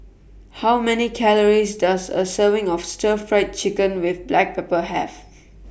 How Many Calories Does A Serving of Stir Fried Chicken with Black Pepper Have